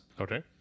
Okay